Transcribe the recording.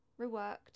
reworked